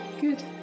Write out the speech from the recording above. Good